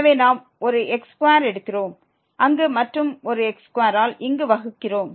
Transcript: எனவே நாம் ஒரு x2எடுக்கிறோம் அங்கு மற்றும் ஒரு x2 ஆல் இங்கு வகுக்கிறோம்